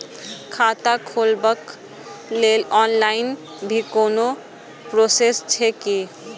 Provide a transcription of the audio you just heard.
खाता खोलाबक लेल ऑनलाईन भी कोनो प्रोसेस छै की?